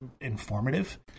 informative